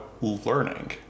learning